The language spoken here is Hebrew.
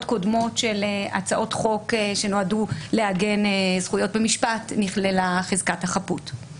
קודמות של הצעות חוק שנועדו לעגן זכויות במשפט נכללה חזקת החפות.